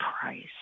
price